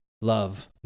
love